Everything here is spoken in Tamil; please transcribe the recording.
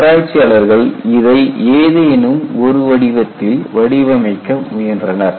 ஆராய்ச்சியாளர்கள் இதை ஏதேனும் ஒரு வடிவத்தில் வடிவமைக்க முயன்றனர்